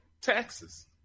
Taxes